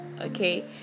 Okay